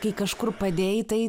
kai kažkur padėjai tai